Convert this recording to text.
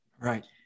Right